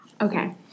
Okay